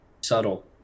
subtle